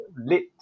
lit